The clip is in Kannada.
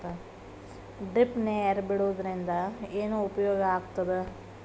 ಡ್ರಿಪ್ ನೇರ್ ಬಿಡುವುದರಿಂದ ಏನು ಉಪಯೋಗ ಆಗ್ತದ?